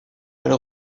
elle